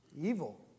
evil